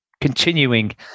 continuing